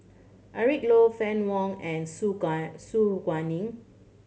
Eric Low Fann Wong and Su Gai Su Guaning